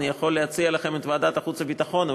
אני יכול להציע לכם את ועדת החוץ והביטחון,